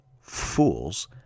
Fools